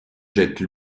jette